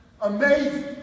amazing